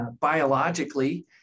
biologically